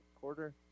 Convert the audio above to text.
quarter